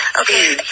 Okay